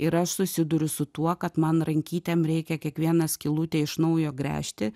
ir aš susiduriu su tuo kad man rankytėm reikia kiekvieną skylutę iš naujo gręžti